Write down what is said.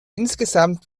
insgesamt